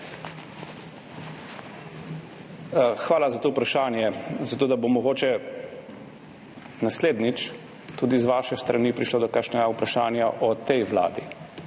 Hvala za to vprašanje. Zato, da bo mogoče naslednjič tudi z vaše strani prišlo do kakšnega vprašanja o tej vladi